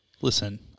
listen